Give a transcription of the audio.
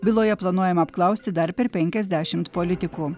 byloje planuojama apklausti dar per penkiasdešimt politikų